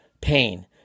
pain